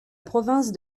province